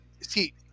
see